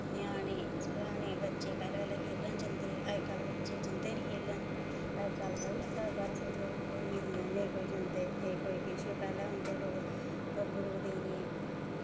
ञ्याणे स्याने बच्चे पैह्लें पैह्लें खेलन जंदे अज्जकल बच्चे जंदे ई निं खेलन अज्जकल बड़ियां घर घर सुविधां होई गेदियां नेईं कोई जंदे नेईं कोई किश पैह्लें औंदे लोग बब्बरू देने